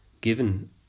given